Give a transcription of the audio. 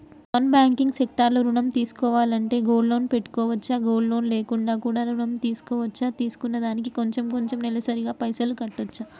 Non banking sector లో ఋణం తీసుకోవాలంటే గోల్డ్ లోన్ పెట్టుకోవచ్చా? గోల్డ్ లోన్ లేకుండా కూడా ఋణం తీసుకోవచ్చా? తీసుకున్న దానికి కొంచెం కొంచెం నెలసరి గా పైసలు కట్టొచ్చా?